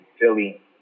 Philly